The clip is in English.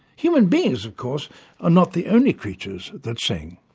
human beings of course are not the only creatures that sing.